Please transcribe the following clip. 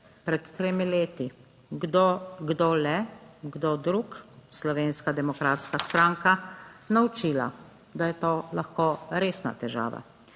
pred tremi kdo, kdo le, kdo drug, Slovenska demokratska stranka naučila, da je to lahko resna težava.